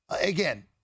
again